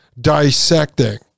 dissecting